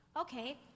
Okay